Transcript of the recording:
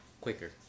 quicker